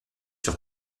sur